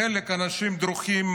חלק מהאנשים דרוכים,